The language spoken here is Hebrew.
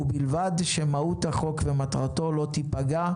ובלבד שמהות החוק ומטרתו לא תיפגע,